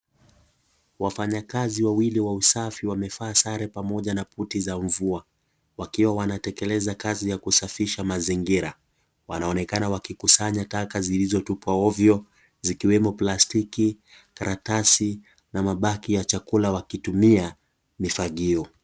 Wafanyakazi wawili wa usafi wamevaa sare pamoja na buti za mvua, wakiwa wanatekeleza kazi ya kusafisha mazingira. Wanaonekana wakikusanya taka zilizotupwa ovyo, zikiwemo plastiki, karatasi na mabaki ya chakula, wakitumia mifagio.